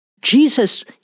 jesus